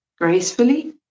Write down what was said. gracefully